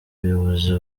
ubuyobozi